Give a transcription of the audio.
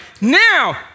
Now